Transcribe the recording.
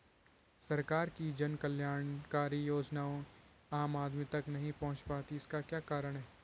सरकार की जन कल्याणकारी योजनाएँ आम आदमी तक नहीं पहुंच पाती हैं इसका क्या कारण है?